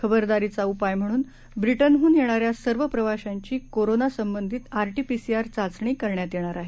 खबरदारीचाउपायम्हणूनब्रिटनह्नयेणाऱ्या सर्व प्रवाशांची कोरोनासंबंधित आरटी पीसीआर चाचणी करण्यात येणार आहे